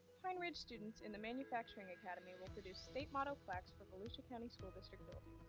pine ridge students in the manufacturing academy will produce state motto plaques for volusia county school district but